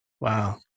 Wow